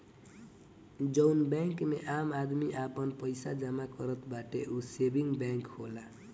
जउन बैंक मे आम आदमी आपन पइसा जमा करत हवे ऊ सेविंग बैंक होला